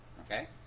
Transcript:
okay